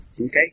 Okay